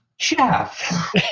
Chef